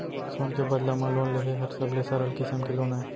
सोन के बदला म लोन लेहे हर सबले सरल किसम के लोन अय